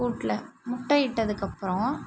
கூட்டில் முட்டையிட்டதுக்கப்புறம்